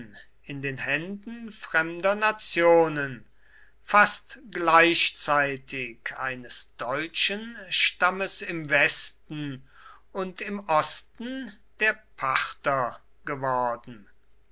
in den händen fremder nationen fast gleichzeitig eines deutschen stammes im westen und im osten der parther geworden